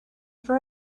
for